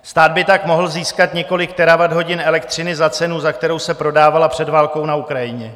Stát by tak mohl získat několik terawatthodin elektřiny za cenu, za kterou se prodávala před válkou na Ukrajině.